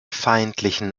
feindlichen